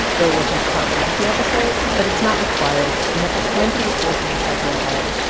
go listen to part one of the episode, but it's not required. we have plenty of listening pleasure ahead,